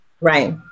Right